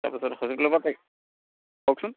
তাৰপিছত কওকচোন